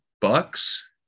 Bucks